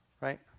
right